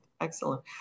excellent